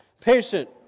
patient